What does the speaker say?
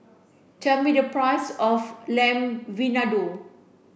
tell me the price of Lamb Vindaloo